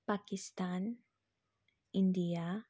Pakistan India